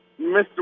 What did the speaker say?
Mr